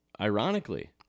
Ironically